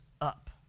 up